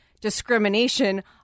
discrimination